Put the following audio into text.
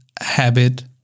habit